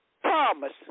Promise